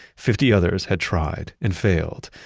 fifty others had tried and failed.